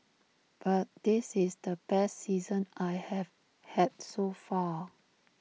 but this is the best season I have had so far